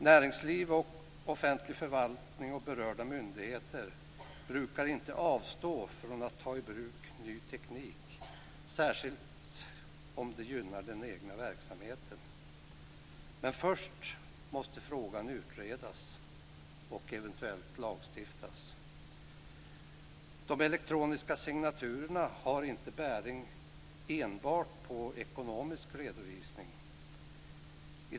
Näringsliv, offentlig förvaltning och berörda myndigheter brukar inte avstå från att ta i bruk ny teknik, särskilt inte om det gynnar den egna verksamheten. Men först måste frågan utredas och eventuellt bli förmål för lagstiftning. De elektroniska signaturerna har inte bäring enbart på ekonomisk redovisning.